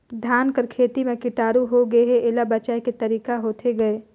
धान कर खेती म कीटाणु होगे हे एला बचाय के तरीका होथे गए?